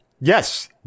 Yes